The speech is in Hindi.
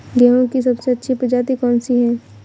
गेहूँ की सबसे अच्छी प्रजाति कौन सी है?